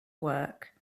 work